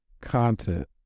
content